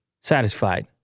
satisfied